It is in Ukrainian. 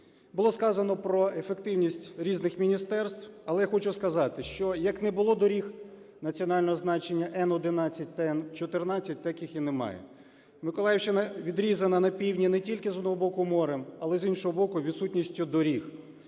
Було сказано про ефективність різних міністерств, але я хочу сказати, що як не було доріг національного значення Н-11 та Н-14, так їх і немає. Миколаївщина відрізана на півдні не тільки з одного боку морем, але й з іншого боку відсутністю доріг.